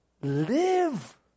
live